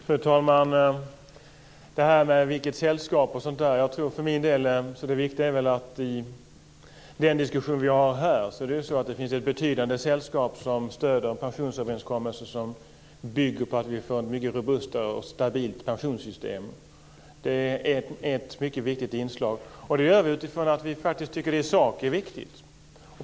Fru talman! Det talas om sällskap osv. När det gäller den diskussion som vi har här finns det ett betydande sällskap som stöder en pensionsöverenskommelse som bygger på att vi får ett mycket robust och stabilt pensionssystem. Det är ett mycket viktigt inslag. Detta gör vi för att vi faktiskt tycker att det i sak är viktigt.